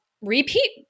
repeat